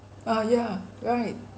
uh yeah right